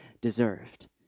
deserved